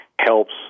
helps